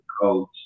coach